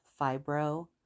fibro